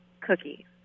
cookie